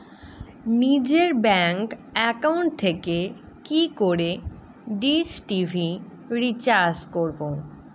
নিজের bank account থেকে কি করে ডিশ টি.ভি রিচার্জ করবো?